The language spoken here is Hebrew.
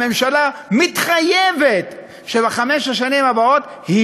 הממשלה מתחייבת שבחמש השנים הבאות היא